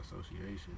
association